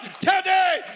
today